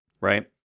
right